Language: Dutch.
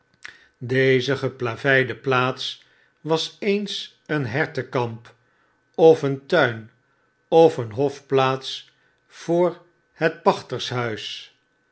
deze geplaveide plaats was eens een hertenkamp of een tuin of een hofplaats voor het